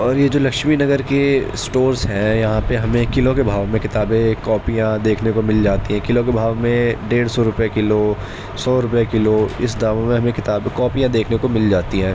اور یہ جو لکشمی نگر کے اسٹورس ہیں یہاں پہ ہمیں كلو كے بھاؤ میں كتابیں كاپیاں دیكھنے كو مل جاتی ہیں كلو كے بھاؤ میں ڈيرھ سو روپئے كلو سو روپئے کلو اس داموں میں ہمیں کتابیں کاپیاں دیکھنے کو مل جاتی ہیں